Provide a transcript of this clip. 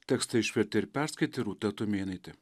tekstą išvertė ir perskaitė rūta tumėnaitė